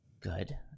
good